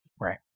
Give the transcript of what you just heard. Right